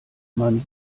man